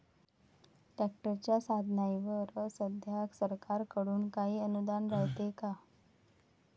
ट्रॅक्टरच्या साधनाईवर सध्या सरकार कडून काही अनुदान रायते का?